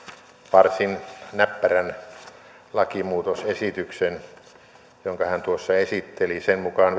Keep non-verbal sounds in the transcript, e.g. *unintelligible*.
varsin näppärän lakimuutosesityksen jonka hän tuossa esitteli sen mukaan *unintelligible*